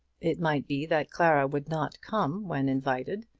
it might be that clara would not come when invited,